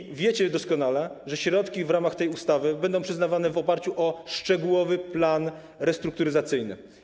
I wiecie doskonale, że środki w ramach tej ustawy będą przyznawane w oparciu o szczegółowy plan restrukturyzacyjny.